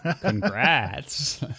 Congrats